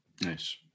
Nice